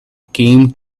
came